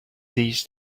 these